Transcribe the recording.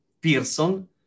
Pearson